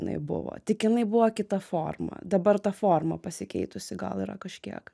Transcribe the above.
jinai buvo tik jinai buvo kita forma dabar ta forma pasikeitusi gal yra kažkiek